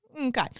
Okay